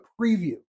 preview